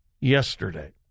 yesterday